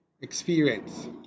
experience